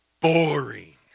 Boring